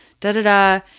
da-da-da